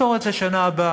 נפתור את זה בשנה הבאה,